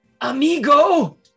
Amigo